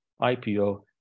IPO